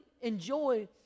enjoy